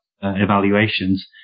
evaluations